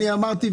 אני אמרתי,